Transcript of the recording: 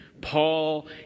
Paul